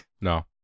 no